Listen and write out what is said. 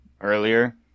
earlier